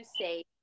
say